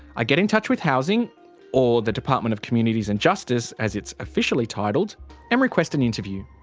i get in touch with housing or, the department of communities and justice, as it's officially titled and request an interview.